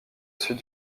sud